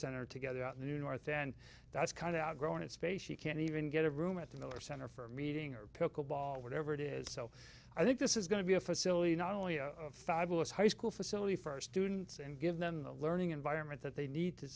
center together the new north and that's kind outgrown its space you can even get a room at the miller center for meeting or pickle ball whatever it is so i think this is going to be a facility not only a fabulous high school facility for students and give them the learning environment that they need to